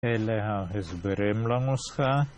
אלה ההסברים לנוסחה